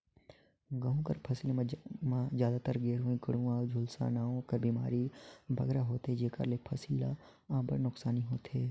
गहूँ कर फसिल में जादातर गेरूई, कंडुवा, झुलसा नांव कर बेमारी बगरा होथे जेकर ले फसिल ल अब्बड़ नोसकानी होथे